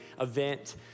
event